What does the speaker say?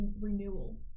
renewal